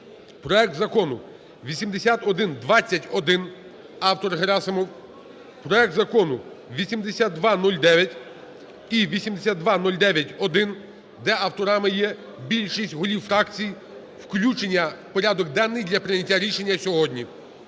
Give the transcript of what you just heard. проект закону 8121 – автор Герасимов, проект закону 8209 і 8209-1, де авторами є більшість голів фракцій включення в порядок денний для прийняття рішення сьогодні.